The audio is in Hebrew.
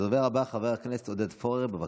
הדובר הבא, חבר הכנסת עודד פורר, בבקשה.